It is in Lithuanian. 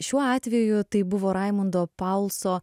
šiuo atveju tai buvo raimundo palso